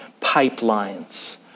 pipelines